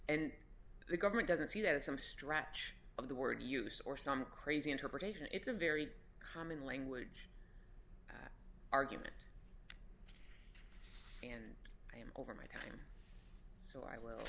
and the government doesn't see that as some stretch of the word use or some crazy interpretation it's a very common language argument and over my time so i will